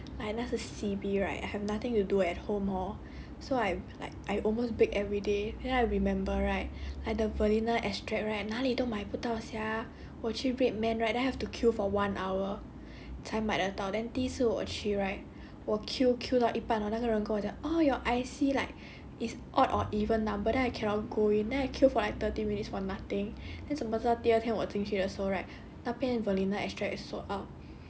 um eh 我也是喜欢 bake leh like 那个 C_B right I have nothing to do at home lor so I I I almost break everyday then I remember right 那个 vanilla extract right 哪里都买不到 sia 我去 redman right then I have to queue for one hour 才买得到 then 第一次我去 right 我 queue queue 到一半了那个跟我讲 oh your I_C like it's odd or even number then I cannot go in then I queued for like thirty minutes for nothing then 我怎么知道我第二天我进去的时候 right